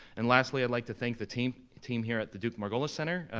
and lastly, i'd like to thank the team team here at the duke-margolis center.